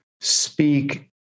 speak